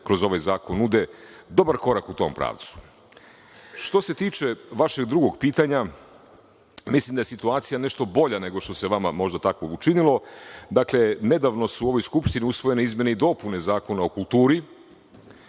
kroz ovaj zakon nude dobar korak u tom pravcu. Što se tiče vašeg drugog pitanja, mislim da je situacija nešto bolja nego što se vama možda tako učinilo. Dakle, nedavno su u ovoj Skupštini usvojene izmene i dopune Zakona o kulturi,